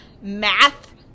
math